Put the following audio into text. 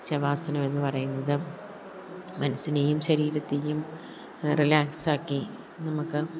ശവാസനമെന്ന് പറയുന്നത് മനസ്സിനെയും ശരീരത്തെയും റിലാക്സാക്കി നമുക്ക്